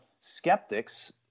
skeptics